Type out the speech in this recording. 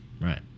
Right